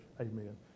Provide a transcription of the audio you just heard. Amen